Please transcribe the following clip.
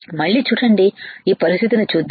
మళ్ళీ చూడండి ఈ పరిస్థితిని చూద్దాం